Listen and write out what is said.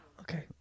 Okay